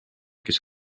kes